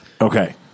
Okay